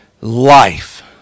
life